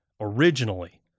originally